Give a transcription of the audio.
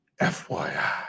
FYI